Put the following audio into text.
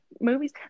movies